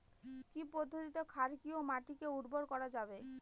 কি পদ্ধতিতে ক্ষারকীয় মাটিকে উর্বর করা যাবে?